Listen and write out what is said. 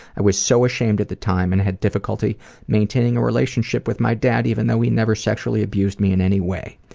i was so ashamed at the time, and had difficulty maintaining a relationship with my dad even though he never sexually abused me in any way.